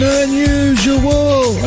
unusual